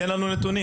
תן לנו נתונים.